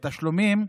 בתשלומים,